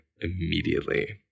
immediately